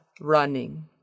running